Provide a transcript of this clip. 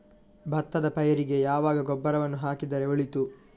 ಭತ್ತದ ಪೈರಿಗೆ ಯಾವಾಗ ಗೊಬ್ಬರವನ್ನು ಹಾಕಿದರೆ ಒಳಿತು?